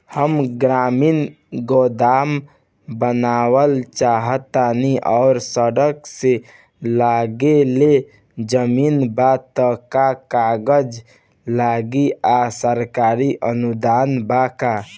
हम ग्रामीण गोदाम बनावल चाहतानी और सड़क से लगले जमीन बा त का कागज लागी आ सरकारी अनुदान बा का?